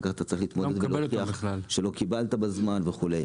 כך אתה צריך להוכיח שלא קיבלת בזמן וכולי.